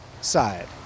side